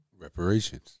reparations